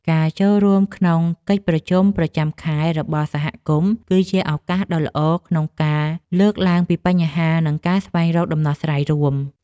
ការចូលរួមក្នុងកិច្ចប្រជុំប្រចាំខែរបស់សហគមន៍ គឺជាឱកាសដ៏ល្អក្នុងការលើកឡើងពីបញ្ហា និងស្វែងរកដំណោះស្រាយរួម។